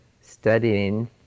studying